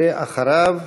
ואחריו,